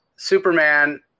Superman